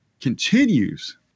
continues